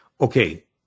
Okay